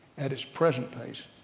at it's present pace,